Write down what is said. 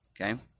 Okay